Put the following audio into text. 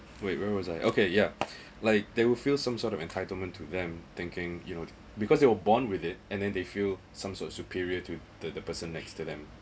wait where was I okay yeah like they will feel some sort of entitlement to them thinking you know because you were born with it and then they feel some sort superior to the the person next to them